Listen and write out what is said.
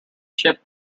chip